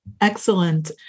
Excellent